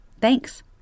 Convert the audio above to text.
Thanks